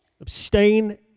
Abstain